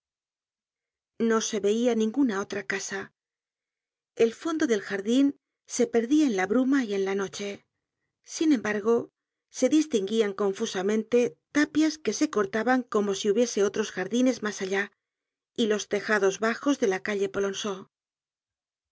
no se veia ninguna otra casa el fondo del jardin se perdia en la bruma y en la noche sin embargo se distinguían confusamemte tapias que se cortaban como si hubiese otros jardines mas allá y los tejados bajos de la calle